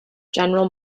general